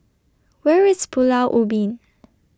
Where IS Pulau Ubin